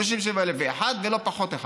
לא 67,001 ולא פחות אחד,